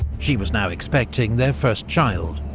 she was now expecting their first child.